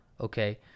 Okay